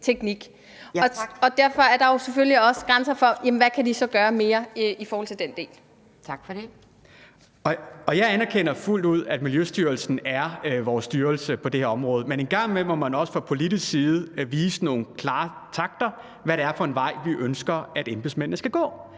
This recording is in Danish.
for det. Kl. 18:26 Michael Aastrup Jensen (V): Jeg anerkender fuldt ud, at Miljøstyrelsen er vores styrelse på det her område, men en gang imellem må man også fra politisk side vise nogle klare takter – hvad det er for en vej, vi ønsker at embedsmændene skal gå.